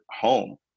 home